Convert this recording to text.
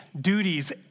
duties